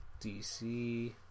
DC